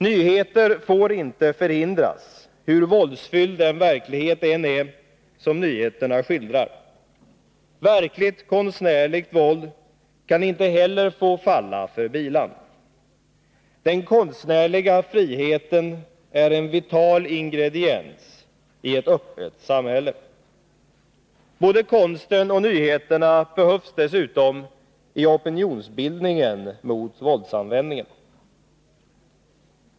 Nyheter får inte förhindras, hur våldsfylld den verklighet än är som nyheterna skildrar. Verkligt konstnärligt våld kan inte heller få falla för bilan. Den konstnärliga friheten är en vital ingrediens i ett öppet samhälle. Både konsten och nyheterna behövs dessutom i opinionsbildningen mot våldsanvändningen.